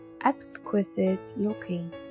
exquisite-looking